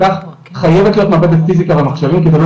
כך חייבת להיות מעבדת פיסיקה ומחשבים כדי לא